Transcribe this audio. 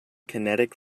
kinetic